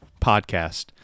podcast